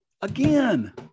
again